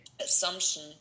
assumption